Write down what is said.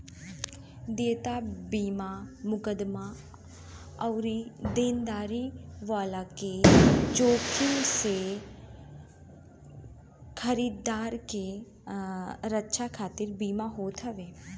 देयता बीमा मुकदमा अउरी देनदारी वाला के जोखिम से खरीदार के रक्षा खातिर बीमा होत हवे